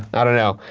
i don't know.